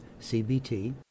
CBT